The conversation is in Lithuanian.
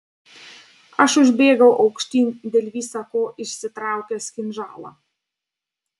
aš užbėgau aukštyn dėl visa ko išsitraukęs kinžalą